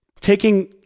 taking